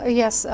yes